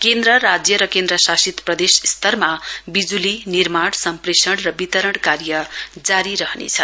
केन्द्र राज्य र केन्द्रशासित प्रदेस स्तरमा विजुली निर्माण सम्प्रेषण र वितरण कार्य जारी रहनेछ